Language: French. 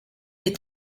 des